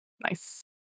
Nice